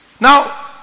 Now